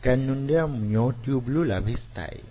ఇక్కడ నుండే మ్యో ట్యూబ్ లు లభిస్తాయి